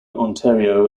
ontario